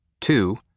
two